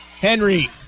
Henry